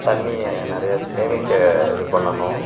தண்ணியை நிறைய சேமிக்க இது பண்ணனும்